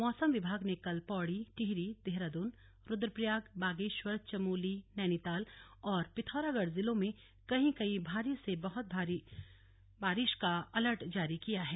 मौसम विभाग ने कल पौड़ी टिहरी देहरादून रुद्रप्रयाग बागेश्वर चमोली नैनीताल और पिथौरागढ़ जिलों में कहीं कहीं भारी से बहुत भारी का अलर्ट जारी किया है